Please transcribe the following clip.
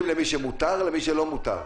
למי שמותר ולא מאשרים למי שלא מותר.